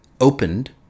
opened